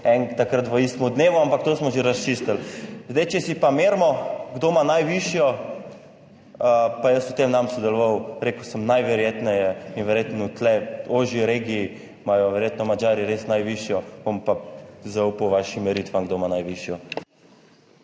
takrat v istem dnevu, ampak to smo že razčistili. Zdaj, če si pa merimo kdo ima najvišjo, pa jaz v tem ne bom sodeloval, rekel sem najverjetneje in verjetno tu v ožji regiji imajo verjetno Madžari res najvišjo, bom pa zaupal vašim meritvam, kdo ima najvišjo.